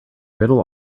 riddle